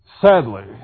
sadly